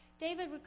David